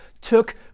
took